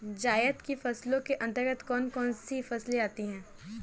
जायद की फसलों के अंतर्गत कौन कौन सी फसलें आती हैं?